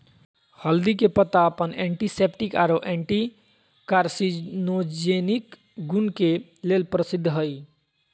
हल्दी के पत्ता अपन एंटीसेप्टिक आरो एंटी कार्सिनोजेनिक गुण के लेल प्रसिद्ध हई